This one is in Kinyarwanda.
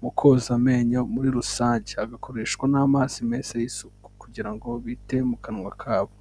mu koza amenyo muri rusange, hagakoreshwa n'amazi meza y'isuku kugira ngo bite mu kanwa ka bo.